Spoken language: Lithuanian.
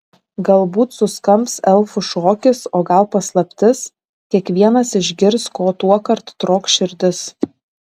galbūt suskambs elfų šokis o gal paslaptis kiekvienas išgirs ko tuokart trokš širdis